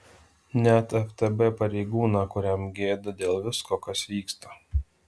net ftb pareigūną kuriam gėda dėl visko kas vyksta